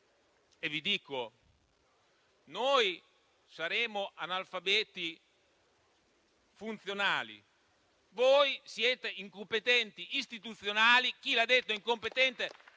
E vi dico che noi saremo analfabeti funzionali, ma voi siete incompetenti istituzionali. Chi lo ha detto è un incompetente